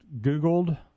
Googled